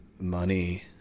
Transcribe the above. money